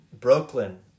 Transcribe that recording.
Brooklyn